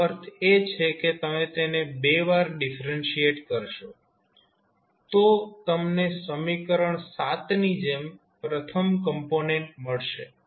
આનો અર્થ એ છે કે તમે તેને બે વાર ડિફરન્શિએટ કરશો તો તમને સમીકરણ ની જેમ પ્રથમ કોમ્પોનેન્ટ મળશે